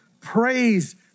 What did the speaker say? praise